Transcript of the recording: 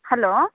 hello